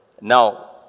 Now